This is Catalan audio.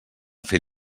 fer